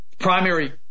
Primary